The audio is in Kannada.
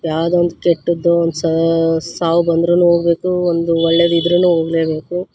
ಯಾವುದೋ ಒಂದು ಕೆಟ್ಟದ್ದೋ ಒಂದು ಸಾವು ಬಂದರೂನೂ ಹೋಗಬೇಕು ಒಂದು ಒಳ್ಳೇದು ಇದ್ದರೂನು ಹೋಗ್ಲೇಬೇಕು